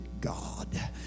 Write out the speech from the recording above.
God